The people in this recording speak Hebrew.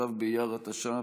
כ"ו באייר התש"ף,